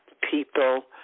people